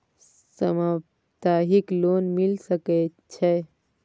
सप्ताहिक लोन मिल सके छै?